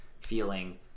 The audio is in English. feeling